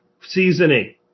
seasoning